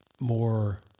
more